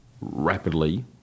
rapidly